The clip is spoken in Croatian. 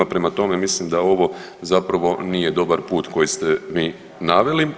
Prema tome, mislim da ovo zapravo nije dobar put koji ste vi naveli.